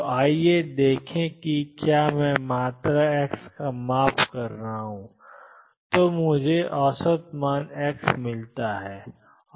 तो आइए देखें कि क्या मैं मात्रा x का माप कर रहा हूं तो मुझे औसत मान x मिलता है